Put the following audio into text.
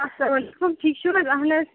السلام علیکُم ٹھیٖک چھُو حظ اَہن حظ